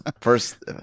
First